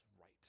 right